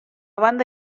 banda